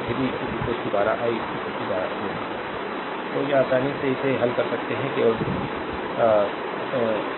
तो ये आसानी से इसे हल कर सकते हैं केवल